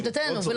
לא